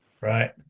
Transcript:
right